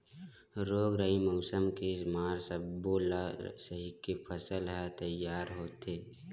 रोग राई, मउसम के मार सब्बो ल सहिके फसल ह तइयार होथे